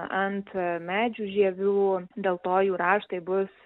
ant medžių žievių dėl to jų raštai bus